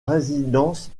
résidence